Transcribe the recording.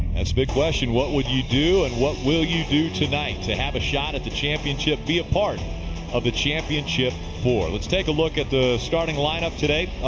that's a big question. what would you do and what will you do tonight to have a shot at the championship? be a part of the championship four. let's take a look at the starting lineup today.